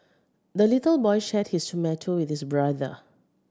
the little boy shared his tomato with his brother